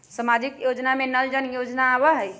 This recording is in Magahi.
सामाजिक योजना में नल जल योजना आवहई?